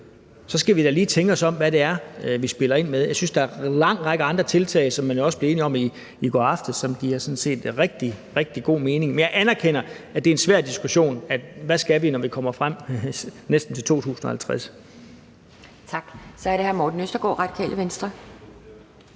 skal vi da lige tænke os om i forhold til, hvad det er, vi spiller ind med. Jeg synes, der er en lang række andre tiltag, som man jo også blev enige om i går aftes, som sådan set giver rigtig, rigtig god mening. Men jeg anerkender, at det er en svær diskussion, altså hvad vi skal, når vi kommer frem næsten til 2050. Kl. 16:53 Anden næstformand (Pia Kjærsgaard): Tak. Så er